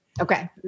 Okay